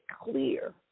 clear